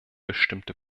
bestimmte